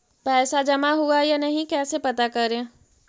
पैसा जमा हुआ या नही कैसे पता करे?